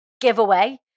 giveaway